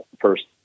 first